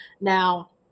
Now